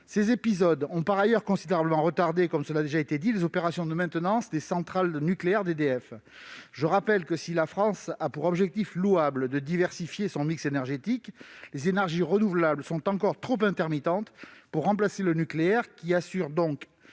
Ces épisodes ont par ailleurs considérablement retardé les opérations de maintenance des centrales nucléaires d'EDF. Je rappelle que, si la France a pour objectif louable de diversifier son mix énergétique, les énergies renouvelables sont encore trop intermittentes pour remplacer le nucléaire, qui assure 70